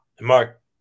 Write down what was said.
mark